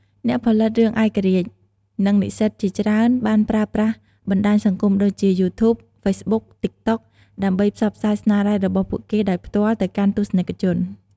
អ្នកផលិតរឿងឯករាជ្យ និងនិស្សិតជាច្រើនបានប្រើប្រាស់បណ្ដាញសង្គមដូចជា យូធួប ហ្វេសប៊ុក តិកតុក ដើម្បីផ្សព្វផ្សាយស្នាដៃរបស់ពួកគេដោយផ្ទាល់ទៅកាន់ទស្សនិកជន។